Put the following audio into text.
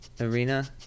Arena